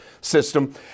system